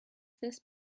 this